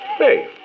Hey